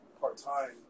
part-time